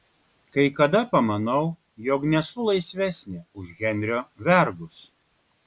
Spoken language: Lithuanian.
kai kada pamanau jog nesu laisvesnė už henrio vergus